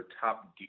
top